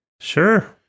Sure